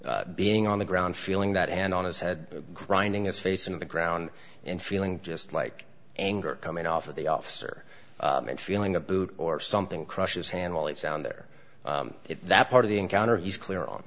being on the ground feeling that hand on his head grinding his face into the ground and feeling just like anger coming off of the officer and feeling a boot or something crushes handle it sound there that part of the encounter he's clear on